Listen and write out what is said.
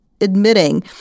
admitting